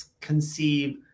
conceive